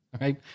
right